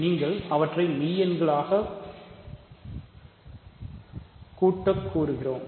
நீங்கள் அவற்றை மெய் எண்களாக கூட்டல் கூறுகிறோம்